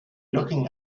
looking